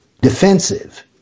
defensive